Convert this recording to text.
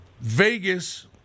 Vegas